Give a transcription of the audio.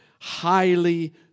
highly